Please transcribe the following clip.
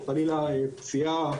או חלילה פציעה,